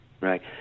Right